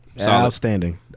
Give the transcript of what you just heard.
Outstanding